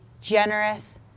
generous